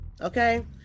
Okay